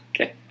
Okay